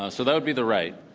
ah so that would be the right.